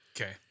Okay